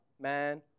man